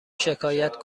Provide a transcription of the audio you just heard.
شکایت